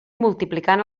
multiplicant